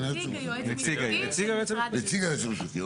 נציג היועץ המשפטי.